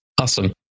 Awesome